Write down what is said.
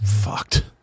fucked